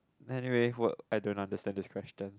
anyway I don't understand this question